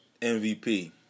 mvp